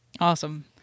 Awesome